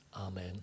amen